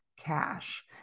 cash